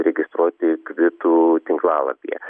registruoti kvitų tinklalapyje